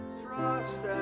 trust